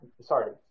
sorry